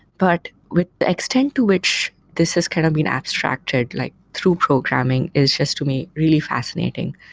but with the extent to which this has kind of been abstracted like through programming is just to me really fascinating.